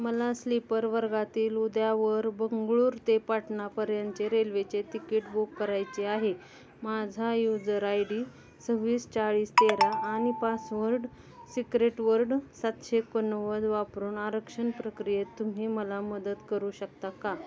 मला स्लीपर वर्गातील उद्यावर बंगळुरू ते पाटणापर्यंतचे रेल्वेचे तिकीट बुक करायचे आहे माझा यूजर आय डी सव्वीस चाळीस तेरा आणि पासवर्ड सिक्रेटवर्ड सातशे एकोणनव्वद वापरून आरक्षण प्रक्रियेत तुम्ही मला मदत करू शकता का